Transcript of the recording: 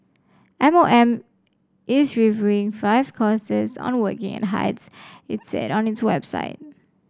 M O M is reviewing five courses on the working at heights it said on its website